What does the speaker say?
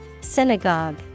Synagogue